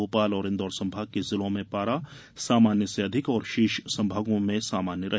भोपाल और इंदौर संभाग के जिलों में पारा सामान्य से अधिक और शेष संभागों में सामान्य रहे